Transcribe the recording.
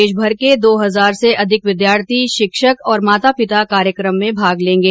देशभर के दो हजार से अधिक विद्यार्थी शिक्षक और माता पिता कार्यक्रम में भाग लेंगे